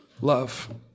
love